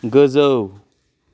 गोजौ